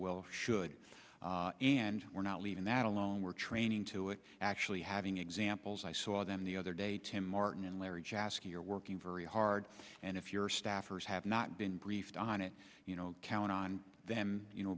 well should and we're not leaving that alone we're training to it actually having examples i saw them the other day tim martin and larry jasc here working very hard and if your staffers have not been briefed on it you know count on them you know